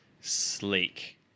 sleek